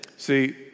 See